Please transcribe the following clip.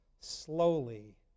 slowly